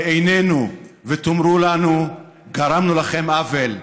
בעינינו ותאמרו לנו: גרמנו לכם עוול,